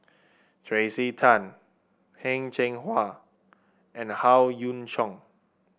Tracey Tan Heng Cheng Hwa and Howe Yoon Chong